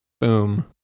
boom